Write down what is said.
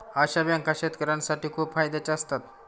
अशा बँका शेतकऱ्यांसाठी खूप फायद्याच्या असतात